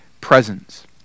presence